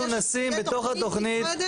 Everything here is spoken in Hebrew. איך נראה הכסף שמיועד לדבר הזה?